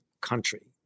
country